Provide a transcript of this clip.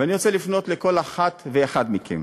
ואני רוצה לפנות לכל אחת ואחד מכם: